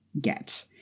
get